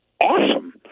awesome